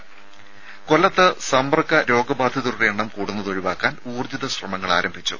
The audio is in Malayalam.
രുമ കൊല്ലത്ത് സമ്പർക്ക രോഗബാധിതരുടെ എണ്ണം കൂടുന്നത് ഒഴിവാക്കാൻ ഊർജ്ജിത ശ്രമങ്ങൾ ആരംഭിച്ചു